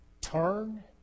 turn